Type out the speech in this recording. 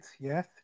yes